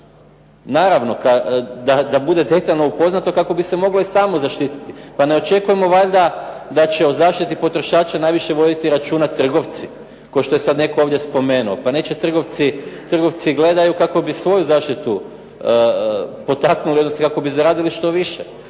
naravno da bude detaljno upoznato kako bi se mogli i sami zaštititi. Pa ne očekujemo valjda da će o zaštiti potrošača najviše voditi računa trgovci, kao što je sad netko ovdje spomenuo. Pa neće trgovci, trgovci gledaju kako bi svoju zaštitu potaknuli, odnosno kako bi zaradili što više.